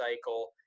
cycle